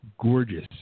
gorgeous